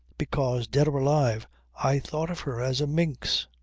because dead or alive i thought of her as a minx.